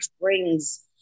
brings